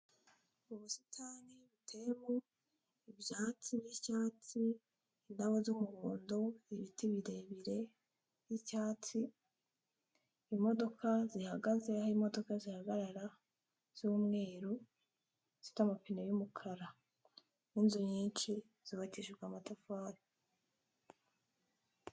Ubusitani buteyemo ibyatsi n'icyatsi, indabo ry'umuhondo ibiti birebire by'icyatsi, imodoka zihagaze, aho imodoka zihagarara z'umweru zifite amapine y'umukara n'inzu nyinshi zubabatishijwe amatafari.